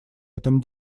этом